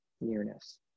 nearness